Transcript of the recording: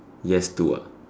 yes to ah